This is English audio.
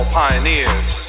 pioneers